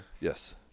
Yes